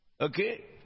Okay